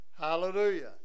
Hallelujah